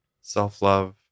self-love